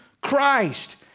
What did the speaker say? Christ